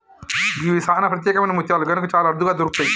గివి సానా ప్రత్యేకమైన ముత్యాలు కనుక చాలా అరుదుగా దొరుకుతయి